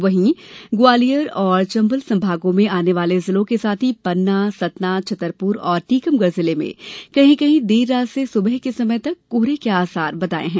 वहीं ग्वालियर और चंबल संभागों में आने वाले जिलों के साथ ही पन्ना सतना छतरपुर और टीकमगढ़ जिले में कहीं कहीं देर रात से सुबह के समय तक कोहरे के आसार हैं